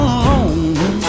alone